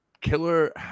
killer